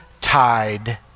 tide